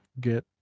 get